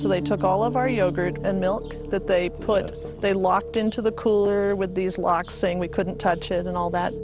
so they took all of our yogurt and milk that they put us they locked into the cooler with these locks saying we couldn't touch and all that